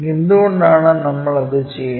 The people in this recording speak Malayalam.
എന്തുകൊണ്ടാണ് നമ്മൾ അത് ചെയ്യുന്നത്